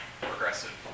progressive